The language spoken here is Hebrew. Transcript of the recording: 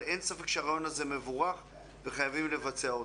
אבל אין ספק שהרעיון הזה מבורך וחייבים לבצע אותו.